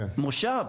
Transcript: מושב,